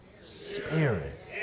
spirit